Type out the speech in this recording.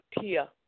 Tia